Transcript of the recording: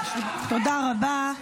תודה רבה.